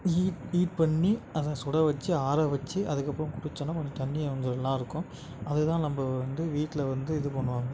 heat heat பண்ணி அதை சுடவச்சு ஆரவச்சு அதுக்கப்புறம் குடிச்சோன்னா நம்மளுக்கு தண்ணி கொஞ்சம் நல்லா இருக்கும் அதேதான் நம்ப வந்து வீட்டில் வந்து இது பண்ணுவாங்க